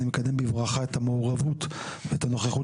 אני מקדם בברכה את המעורבות ואת הנוכחות